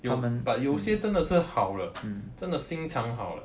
but 有些真的是好的真的心肠好的